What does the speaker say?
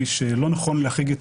היא שנכון להחריג את